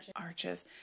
Arches